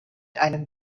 einem